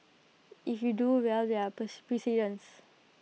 if you do well there are precedents